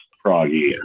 froggy